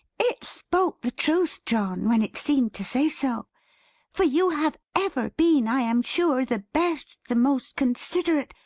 it spoke the truth, john, when it seemed to say so for you have ever been, i am sure, the best, the most considerate,